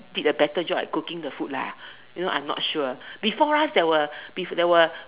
did the better job at cooking the food lah you know I am not sure before right there were a beef there were a